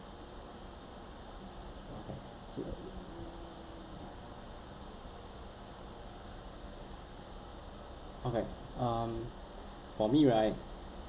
okay um for me right